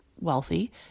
wealthy